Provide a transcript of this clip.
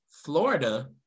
Florida